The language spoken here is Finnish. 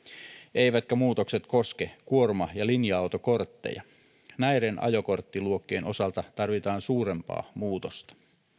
eivätkä muutokset koske kuorma ja linja autokortteja näiden ajokorttiluokkien osalta tarvitaan suurempaa muutosta